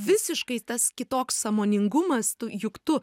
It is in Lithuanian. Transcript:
visiškai tas kitoks sąmoningumas tu juk tu